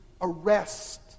arrest